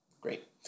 Great